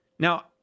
Now